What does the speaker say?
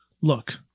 Look